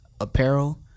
Apparel